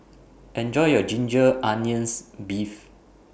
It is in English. Enjoy your Ginger Onions Beef